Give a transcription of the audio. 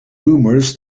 rumors